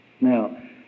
Now